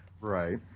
Right